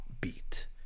beat